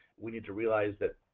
we need to realize that